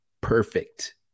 perfect